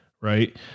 right